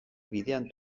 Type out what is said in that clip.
bidean